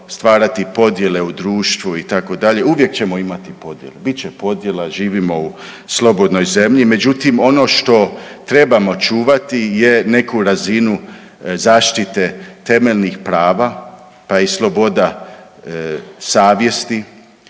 stvarati podjele u društvu itd., uvijek ćemo imati podjele, bit će podjela, živimo u slobodnoj zemlji. Međutim, ono što trebamo čuvati je neku razinu zaštite temeljnih prava, pa i sloboda savjesti.